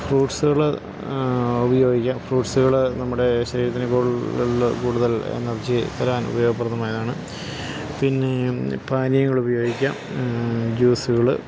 ഫ്രൂട്ട്സ്സ്കൾ ഉപയോഗിക്കാം ഫ്രൂട്ട്സ്സ്കൾ നമ്മുടെ ശരീരത്തിന് കൂടുതൽ എനർജി തരാൻ ഉപയോഗപ്രദമായതാണ് പിന്നെ പാനീയങ്ങൾ ഉപയോഗിക്കാം ജ്യൂസ്സ്കൾ